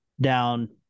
down